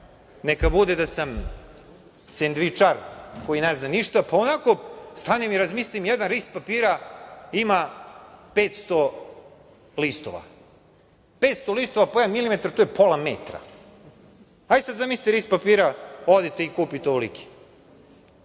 neka bude da sam sendivačar koji ne zna ništa, pa onako stanem i razmislim - jedan ris papir ima 500 listova, 500 listova po jedan milimetar pa to je pola metra. Razmislite ris papira odete i kupite ovoliki. Dakle,